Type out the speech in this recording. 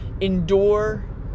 endure